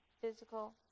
physical